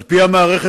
בבקשה.